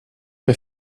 der